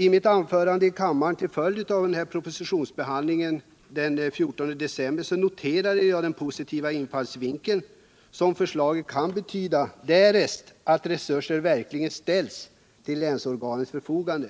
I mitt anförande i kammaren den 14 december med anledning av propositionsbehandlingen noterade jag den positiva infallsvinkel som förslaget kan betyda, därest resurser verkligen ställs till länsorganens förfogande.